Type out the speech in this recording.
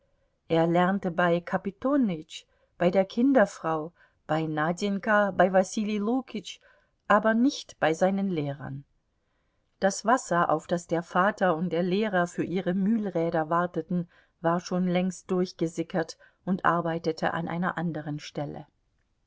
er lernte bei kapitonütsch bei der kinderfrau bei nadjenka bei wasili lukitsch aber nicht bei seinen lehrern das wasser auf das der vater und der lehrer für ihre mühlräder warteten war schon längst durchgesickert und arbeitete an einer anderen stelle